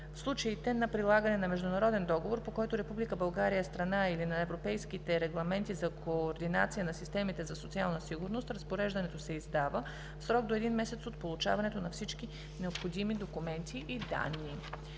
В случаите на прилагане на международен договор, по който Република България е страна, или на европейските регламенти за координация на системите за социална сигурност разпореждането се издава в срок до един месец от получаването на всички необходими документи и данни.“;